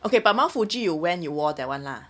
okay but mount fuji you went you wore that one lah